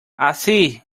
así